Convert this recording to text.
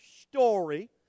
story